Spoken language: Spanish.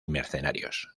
mercenarios